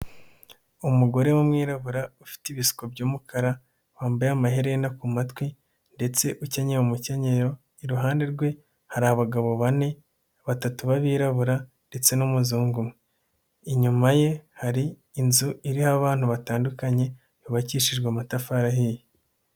Umugore w'umwirabura ufite ibiseko by'umukara wambaye amaherena ku matwi ndetse ukenyeye umukenyero iruhande rwe hari abagabo bane, batatu b'abirabura ndetse n'umuzungu umwe. Inyuma ye hari inzu iriho abantu batandukanye yubakishijwe amatafari ahiye.